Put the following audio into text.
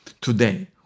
today